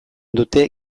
dute